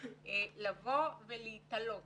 שאי-אפשר להיתלות